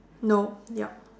no yup